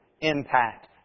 impact